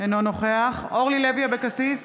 אינו נוכח אורלי לוי אבקסיס,